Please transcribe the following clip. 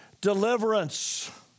deliverance